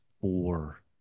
four